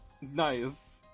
Nice